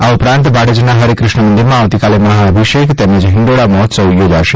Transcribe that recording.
આ ઉપરાંત ભાડજના હરિકૃષ્ણ મંદિરમાં આવતીકાલે મહાઅભિષેક તેમજ હિંડોળા મહોત્સવ યોજાશે